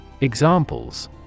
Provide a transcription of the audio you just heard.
Examples